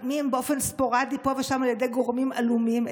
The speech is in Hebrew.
באופן ספורדי פה ושם על ידי גורמים עלומים,